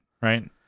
right